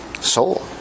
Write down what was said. soul